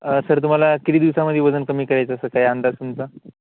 sir तुम्हाला किती दिवसामध्ये वजन कमी करायचं असं काय अंदाज तुमचा